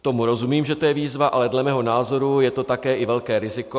Tomu rozumím, že to je výzva, ale dle mého názoru je to také velké riziko.